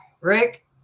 Rick